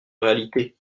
réalité